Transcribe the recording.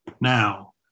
now